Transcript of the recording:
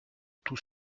tout